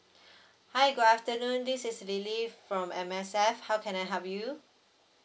hi good afternoon this is lily from M_S_F how can I help you